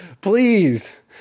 please